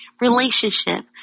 relationship